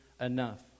enough